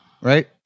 right